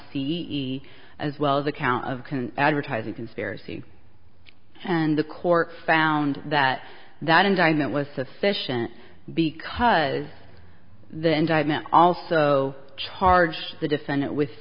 c e as well as a count of can advertise a conspiracy and the court found that that indictment was sufficient because the indictment also charged the defendant with